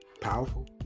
powerful